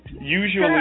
Usually